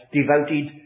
devoted